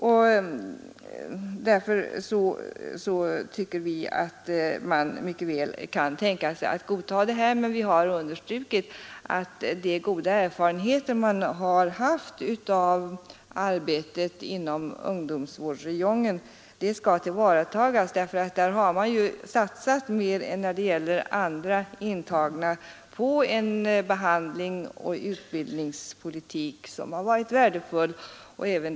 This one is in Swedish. Vi tycker att man mycket väl kan tänka sig att godta förslaget, men vi har understrukit att de goda erfarenheter man har haft av arbetet inom ungdomsvårdsräjongen skall tillvaratas, eftersom man där har satsat mera på den behandlingsoch utbildningspolitik, som har varit värdefull, än man gjort på andra grupper av intagna.